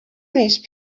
these